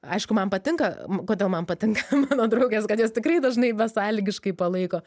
aišku man patinka kodėl man patinka mano draugės kad jos tikrai dažnai besąlygiškai palaiko